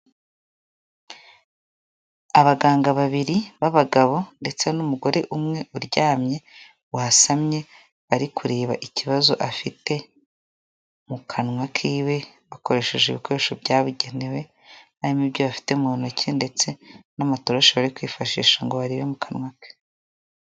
Abaganga babiri b'abagabo ndetse n'umugore umwe uryamye, wasamye bari kureba ikibazo afite mu kanwa kiwe bakoresheje ibikoresho byabugenewe, harimo ibyo bafite mu ntoki ndetse n'amatoroshi bari kwifashisha ngo barebe mu kanwa ke.